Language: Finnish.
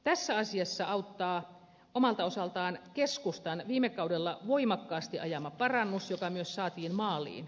tässä asiassa auttaa omalta osaltaan keskustan viime kaudella voimakkaasti ajama parannus joka myös saatiin maaliin